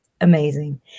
amazing